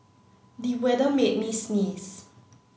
the weather made me sneeze